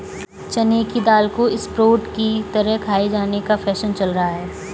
चने की दाल को स्प्रोउट की तरह खाये जाने का फैशन चल रहा है